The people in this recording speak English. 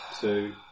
two